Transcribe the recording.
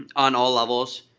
on all levels,